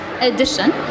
edition